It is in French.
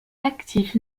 actif